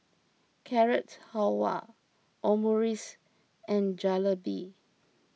Carrot Halwa Omurice and Jalebi